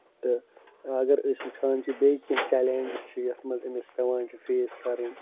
تہٕ اگر أسۍ وِٕچھان چھِ بیٚیہِ کیٚنٛہہ چَلینجِس چھِ یَتھ منٛز أمس پیٚوان چھِ فیس کَرٕنۍ